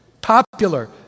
popular